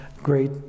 great